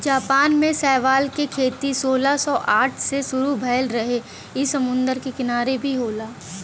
Japan में शैवाल के खेती सोलह सौ साठ से शुरू भयल रहे इ समुंदर के किनारे भी होला